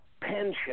pension